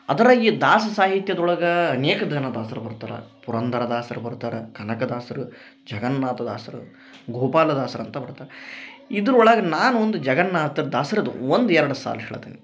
ಅದ್ರಾಗೆ ದಾಸ ಸಾಹಿತ್ಯದ ಒಳಗಾ ಅನೇಕ ದನ ದಾಸರು ಬರ್ತಾರ ಪುರಂದರದಾಸರು ಬರ್ತಾರ ಕನಕದಾಸರು ಜಗನ್ನಾಥದಾಸರು ಗೋಪಾಲದಾಸರು ಅಂತ ಬರ್ತಾರ ಇದ್ರ ಒಳಗೆ ನಾನು ಒಂದು ಜಗನ್ನಾಥದಾಸ್ರುದು ಒಂದು ಎರಡು ಸಾಲು ಹೇಳ್ತೀನಿ